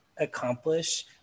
accomplish